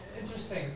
interesting